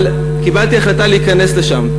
אבל קיבלתי החלטה להיכנס לשם,